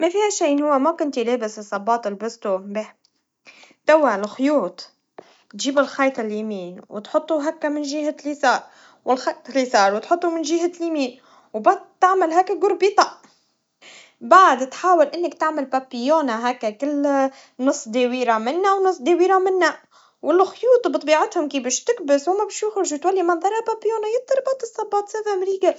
ما فيها شي هوا إن ما كنت لابس الصبا تلبستوا باهي, توها الخيوط, تجيب الخيط اليمين, وتحطوا هكا من جهة اليسار, والخيط اليسار تحطوا من جهة اليمين, وبتتعمل هيك الجوربيطا, بعد تحاول إنك تعمل بابيونا هكا كالنص دويرا منا, ونص دويرا منا, والخيوط بطبيعتهم كي باش تكبس, وهما باش تخرج منظرا بابيونا, يتربطا سا فا ليجل.